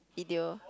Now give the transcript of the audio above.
video